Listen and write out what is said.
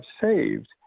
saved